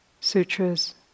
sutras